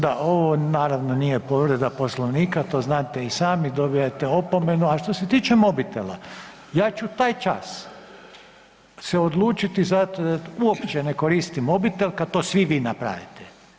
Da, ovo naravno nije povreda Poslovnika to znate i sami, dobijate opomenu, a što se tiče mobitela ja ću taj čas se odlučiti za to da uopće ne koristim mobitel kad to svi vi napravite.